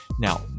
Now